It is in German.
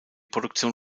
produktion